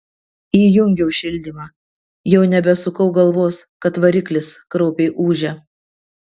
įjungiau šildymą jau nebesukau galvos kad variklis kraupiai ūžia